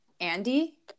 Andy